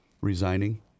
resigning